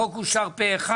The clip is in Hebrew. הצבעה אושר החוק אושר פה אחד.